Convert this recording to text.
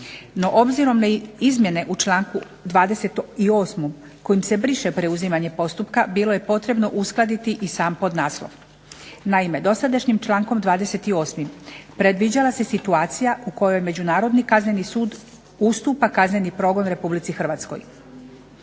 No, obzirom na izmjene u članku 28. kojim se briše preuzimanje postupka bilo je potrebno uskladiti i sam podnaslov. Naime, dosadašnjim člankom 28. predviđala se situacija u kojem Međunarodni kazneni sud ustupa kazneni progon RH. Kako